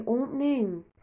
opening